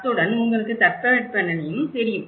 அத்துடன் உங்களுக்கு தட்பவெப்பநிலையும் தெரியும்